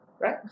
right